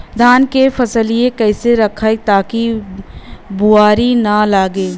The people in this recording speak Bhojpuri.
धान क फसलिया कईसे रखाई ताकि भुवरी न लगे?